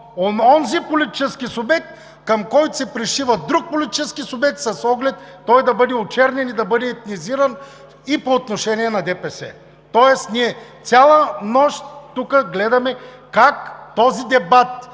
онзи политически субект, към който се пришива друг политически субект, с оглед той да бъде очернен и да бъде етнизиран и по отношение на ДПС. Тоест ние цяла нощ тук гледаме как този дебат